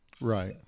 Right